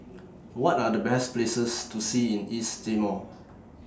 What Are The Best Places to See in East Timor